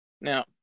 Now